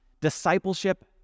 Discipleship